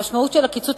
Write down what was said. המשמעות של הקיצוץ,